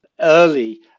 early